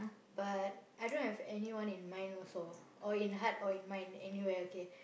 but I don't have anyone in mind also or in heart or in mind anywhere okay